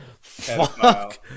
Fuck